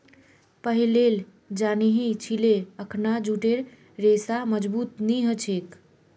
पहिलेल जानिह छिले अखना जूटेर रेशा मजबूत नी ह छेक